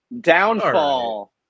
Downfall